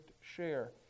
share